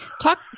talk